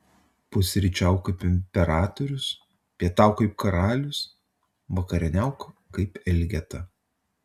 pusryčiauk kaip imperatorius pietauk kaip karalius vakarieniauk kaip elgeta